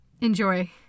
Enjoy